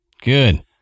Good